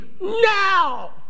now